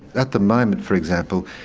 at the moment, for example,